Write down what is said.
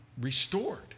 restored